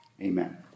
Amen